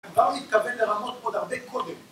‫באו להתקבל לרמות פה ‫בהרבה קודם.